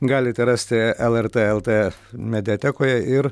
galite rasti lrt lt mediatekoje ir